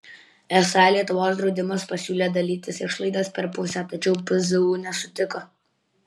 esą lietuvos draudimas pasiūlė dalytis išlaidas per pusę tačiau pzu nesutiko